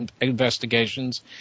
investigations